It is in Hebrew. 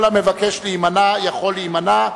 כל המבקש להימנע יכול להימנע.